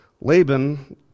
Laban